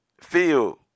feel